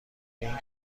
این